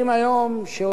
לוחמי האש,